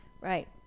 Right